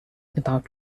about